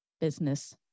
business